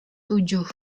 tujuh